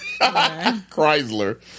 Chrysler